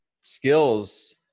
skills